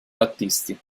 battisti